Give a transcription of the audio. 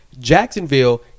Jacksonville